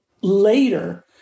later